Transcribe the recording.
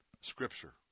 scripture